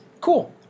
Cool